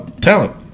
talent